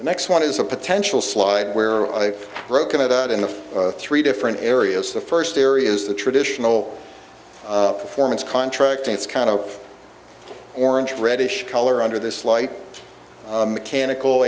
the next one is a potential slide where i broke it out in the three different areas the first area is the traditional performance contracting it's kind of orange reddish color under this light mechanical